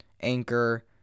Anchor